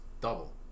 double